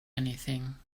anything